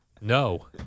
No